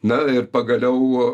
na ir pagaliau